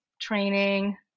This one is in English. training